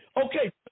Okay